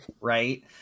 right